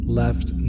left